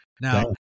Now